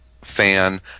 fan